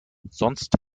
sonst